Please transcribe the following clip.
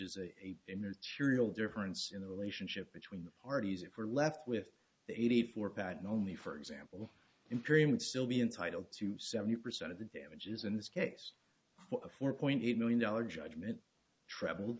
immaterial difference in the relationship between artie's if we're left with the eighty four patent only for example in cream and still be entitled to seventy percent of the damages in this case a four point eight million dollar judgment travelled